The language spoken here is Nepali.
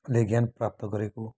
ले ज्ञान प्राप्त गरेको